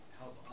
help